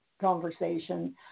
conversation